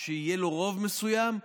שיהיה לו רוב מסוים,